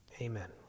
Amen